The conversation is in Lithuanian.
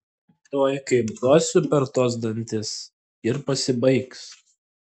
tuoj kaip duosiu per tuos dantis ir pasibaigs